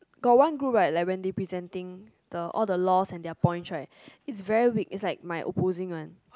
got one group right like when they presenting the all the laws and their points right it's very weak it's like my opposing one